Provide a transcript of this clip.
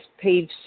page